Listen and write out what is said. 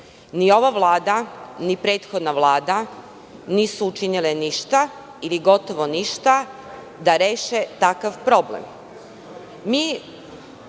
Ni ova Vlada, ni prethodna Vlada, nisu učinile ništa, ili gotovo ništa da reše takav problem.U